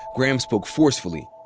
graham spoke forcefully,